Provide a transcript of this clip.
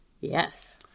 Yes